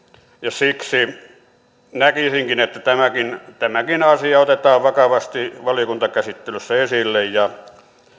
ja siksi näkisinkin että tämäkin tämäkin asia otetaan vakavasti valiokuntakäsittelyssä esille ja